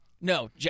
No